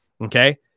okay